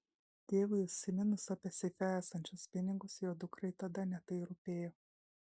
tėvui užsiminus apie seife esančius pinigus jo dukrai tada ne tai rūpėjo